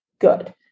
good